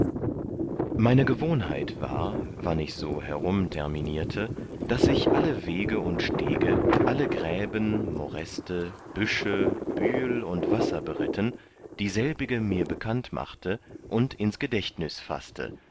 meine gewohnheit war wann ich so herumterminierte daß ich alle wege und stege alle gräben moräste büsche bühel und wasser beritten dieselbige mir bekannt machte und ins gedächtnüs faßte